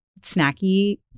snacky